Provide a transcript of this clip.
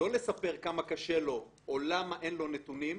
לא לספר כמה קשה לו או למה אין לו נתונים,